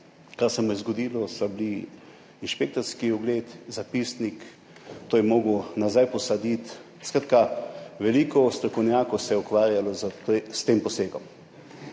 kar se mu je zgodilo, so bili inšpekcijski ogled, zapisnik. To je mogel nazaj posaditi, skratka, veliko strokovnjakov se je ukvarjalo s tem posegom.